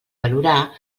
valorar